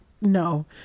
No